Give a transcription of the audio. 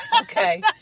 okay